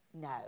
No